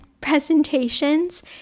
presentations